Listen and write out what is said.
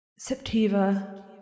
Septiva